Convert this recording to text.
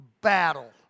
battle